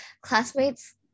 classmates